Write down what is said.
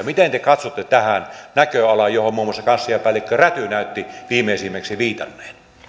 miten te katsotte tähän näköalaan johon muun muassa kansliapäällikkö räty näytti viimeisimmäksi viitanneen